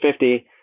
50